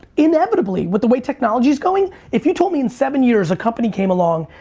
inevitably with the way technology's going, if you told me in seven years, a company came along,